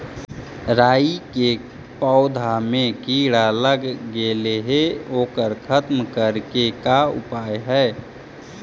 राई के पौधा में किड़ा लग गेले हे ओकर खत्म करे के का उपाय है?